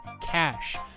cash